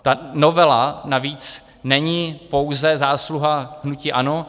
Ta novela navíc není pouze zásluha hnutí ANO.